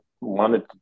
wanted